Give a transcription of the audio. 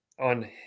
on